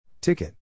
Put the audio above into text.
Ticket